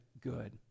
good